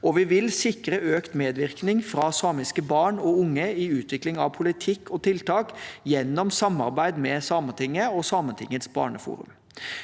vi vil sikre økt medvirkning fra samiske barn og unge i utvikling av politikk og tiltak gjennom samarbeid med Sametinget og Sametingets barneforum.